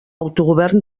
autogovern